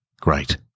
Great